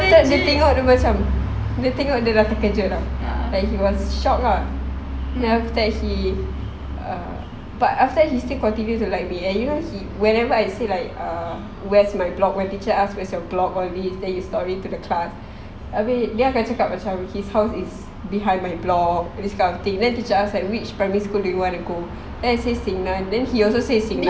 dia tengok dia macam dia tengok dia dah terkejut [tau] and he was shocked lah then after that he uh but after that he still continue to like me and you know he whenever I say like uh where's my block my teacher ask where's your block all abeh he will story to the class dia akan cakap his house is behind my block abeh dia cakap something then teacher ask which school do you wanna go then I say xingnan then he also say xingnan